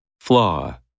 Flaw